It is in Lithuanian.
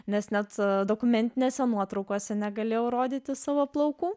nes net dokumentinėse nuotraukose negalėjau rodyti savo plaukų